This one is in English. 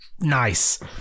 nice